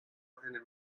eine